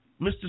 Mr